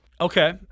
Okay